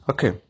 Okay